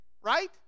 Right